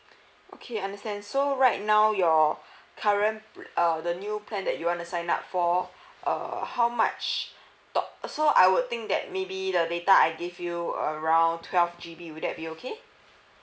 okay understand so right now your current pl~ uh the new plan that you wanna sign up for err how much talk uh so I would think that maybe the later I give you around twelve G_B would that be okay